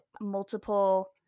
multiple